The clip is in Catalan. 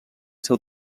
seu